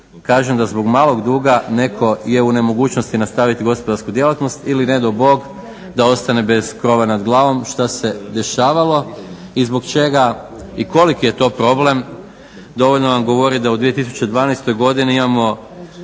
kažem da zbog malog duga netko je u nemogućnosti nastaviti gospodarsku djelatnost ili ne dao Bog da ostane bez krova nad glavom šta se dešavalo. I zbog čega, i koliki je to problem, dovoljno nam govori da u 2012. godini imamo